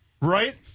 Right